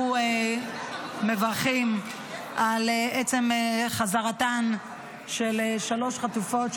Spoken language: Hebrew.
אנחנו מברכים על עצם חזרתן של שלוש חטופות,